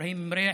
אברהים מוריח,